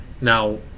Now